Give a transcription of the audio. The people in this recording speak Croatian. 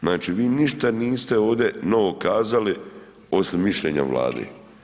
Znači vi ništa niste ovdje novo kazali osim mišljenja Vlade.